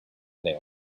had